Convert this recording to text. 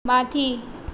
माथि